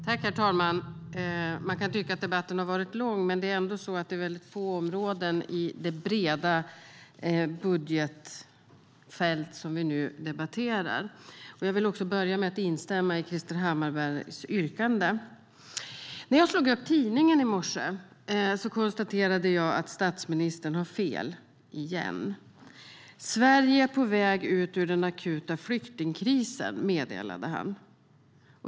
Herr talman! Man kan tycka att debatten har varit lång, men den berör ändå få områden i det breda budgetfält som vi nu debatterar. Jag vill börja med att instämma i Krister Hammarberghs yrkande. När jag slog upp tidningen i morse konstaterade jag att statsministern har fel, igen. Sverige är på väg ut ur den akuta flyktingkrisen, meddelade han.